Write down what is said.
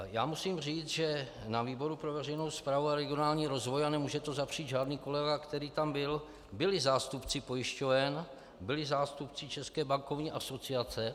Já musím říct, že na výboru pro veřejnou správu a regionální rozvoj a nemůže to zapřít žádný kolega, který tam byl byli zástupci pojišťoven, byli zástupci České bankovní asociace.